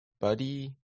Buddy